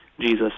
Jesus